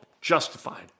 justified